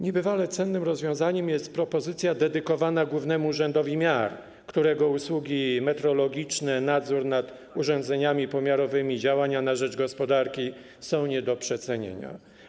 Niebywale cennym rozwiązaniem jest propozycja dedykowana Głównemu Urzędowi Miar, którego usługi metrologiczne, nadzór nad urządzeniami pomiarowymi, działania na rzecz gospodarki są nie do przecenienia.